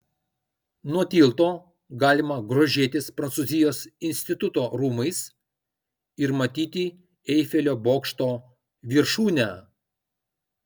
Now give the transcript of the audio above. nuo tilto galima grožėtis prancūzijos instituto rūmais ir matyti eifelio bokšto viršūnę